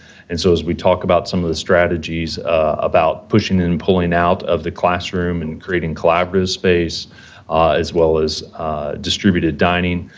and so, as we talk about some of the strategies about pushing and pulling out of the classroom and creating collaborative space as well as distributed dining,